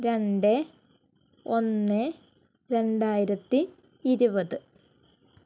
രണ്ട് ഒന്ന് രണ്ടായിരത്തി ഇരുപത്